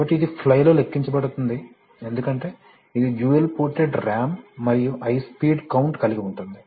కాబట్టి ఇది ఫ్లైలో లెక్కించబడుతుంది ఎందుకంటే ఇది డ్యూయల్ పోర్టెడ్ ర్యామ్ మరియు హై స్పీడ్ కౌంట్ కలిగి ఉంటుంది